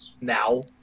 now